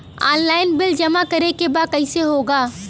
Online bill जमा करे के बा कईसे होगा?